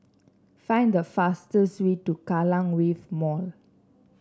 find the fastest way to Kallang Wave Mall